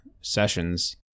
sessions